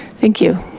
thank you.